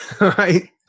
right